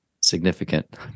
significant